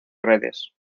redes